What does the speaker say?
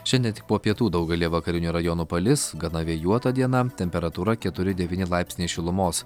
šiandien tik po pietų daugelyje vakarinių rajonų palis gana vėjuota diena temperatūra keturi devyni laipsniai šilumos